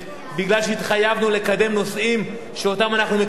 מפני שהתחייבנו לקדם נושאים שאנחנו מקדמים.